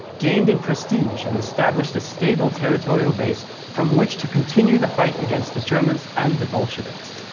gained in prestige and established a stable territorial base from which to continue the fight against the germans and the bolsheviks.